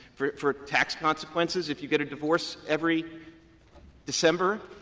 for for tax consequences, if you get a divorce every december,